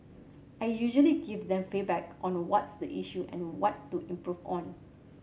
I usually give them feedback on what's the issue and what to improve on